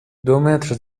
دومتر